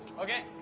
okay,